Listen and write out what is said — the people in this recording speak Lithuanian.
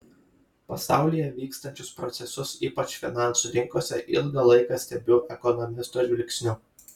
pasaulyje vykstančius procesus ypač finansų rinkose ilgą laiką stebiu ekonomisto žvilgsniu